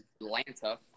Atlanta